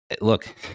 look